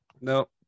no